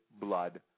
blood